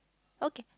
okay